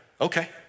Okay